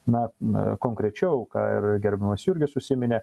na na konkrečiau ką ir gerbiamas jurgis užsiminė